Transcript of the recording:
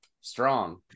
strong